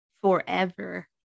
forever